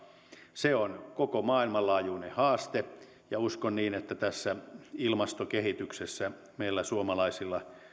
se on koko maailman laajuinen haaste ja uskon että ilmastokehityksessä meillä suomalaisilla